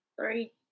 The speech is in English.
Three